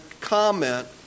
comment